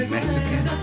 Mexican